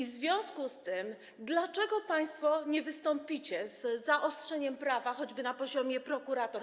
W związku z tym dlaczego państwo nie wystąpicie z zaostrzeniem prawa, choćby na poziomie prokuratur?